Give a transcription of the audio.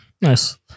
Nice